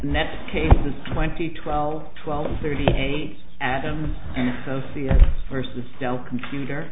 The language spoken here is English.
net cases twenty twelve twelve thirty eight adam and associates versus down computer